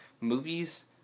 movies